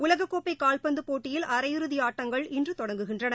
உலக கோப்பை கால்பந்து போட்டியில் அரையிறுதி ஆட்டங்கள் இன்று தொடங்குகின்றன